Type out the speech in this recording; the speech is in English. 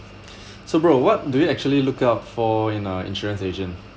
so bro what do you actually look out for in a insurance agent